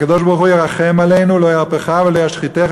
הקדוש-ברוך-הוא ירחם עלינו: "לא ירפך ולא ישחיתך,